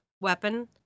weapon